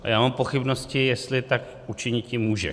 Já mám pochybnosti, jestli tak učiniti může.